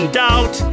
doubt